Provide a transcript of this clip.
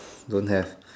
don't have